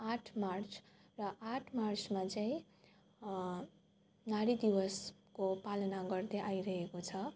आठ मार्च र आठ मार्चमा चाहिँ नारी दिवसको पालना गर्दै आइरहेको छ